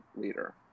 leader